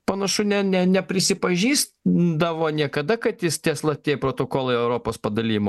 panašu ne ne neprisipažįsdavo niekada kad jis tie slapti protokolai europos padalijimo